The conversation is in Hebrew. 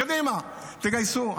קדימה, תגייסו.